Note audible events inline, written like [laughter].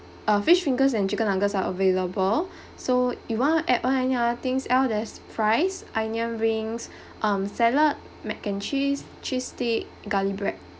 uh fish fingers and chicken nuggets are available [breath] so you want to add on any other things else there's fries onion rings um salad mac and cheese cheese stick garlic bread